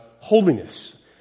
holiness